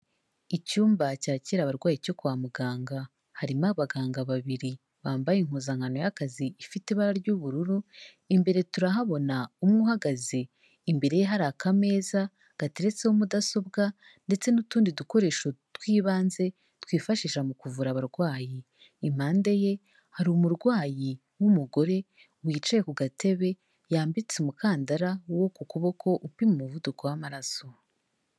Icyumba cyakira abarwayi cyo kwa muganga harimo abaganga babiri bambaye impuzankano y'akazi ifite ibara ry'ubururu, imbere turahabona umwe uhagaze imbere ye hari akameza gateretseho mudasobwa ndetse n'utundi dukoresho tw'ibanze twifashisha mu kuvura abarwayi, impande ye hari umurwayi w'umugore wicaye ku gatebe yambitse umukandara wo ku kuboko upima umuvuduko w'amaraso.